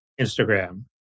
Instagram